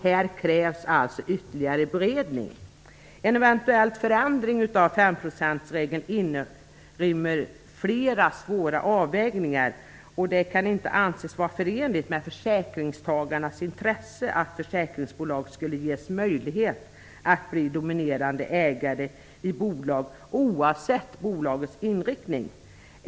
Här krävs alltså ytterligare beredning. En eventuell förändring av femprocentsregeln inrymmer flera svåra avvägningar. Det kan inte anses vara förenligt med försäkringstagarnas intresse att försäkringsbolag skulle ges möjlighet att bli dominerande ägare i bolag, oavsett bolagets inriktning.